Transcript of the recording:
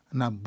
na